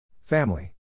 Family